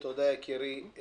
תודה, יקירי.